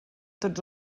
tots